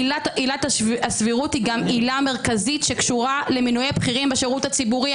עילת הסבירות היא גם עילה מרכזית שקשורה למינויי בכירים בשירות הציבורי.